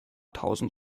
tausend